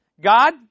God